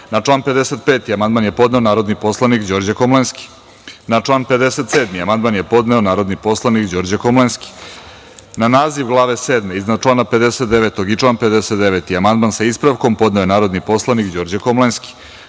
član 55. amandman je podneo narodni poslanik Đorđe Komlenski. Na član 57. amandman je podneo narodni poslanik Đorđe Komlenski. Na naziv Glave 7. iznad član 59. i član 59. amandman, sa ispravkom je podneo narodni poslanik Đorđe Komlenski. Na